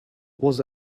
was